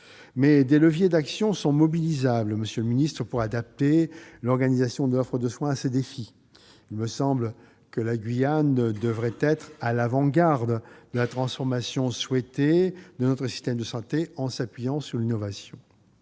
que des leviers d'action sont mobilisables pour adapter l'organisation de l'offre de soins à ces défis. Ainsi, il me semble que la Guyane devrait être à l'avant-garde de la transformation souhaitée de notre système de santé, en s'appuyant sur l'innovation.